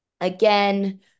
again